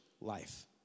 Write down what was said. life